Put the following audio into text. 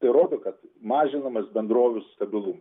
tai rodo kad mažinamas bendrovių stabilumas